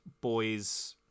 boy's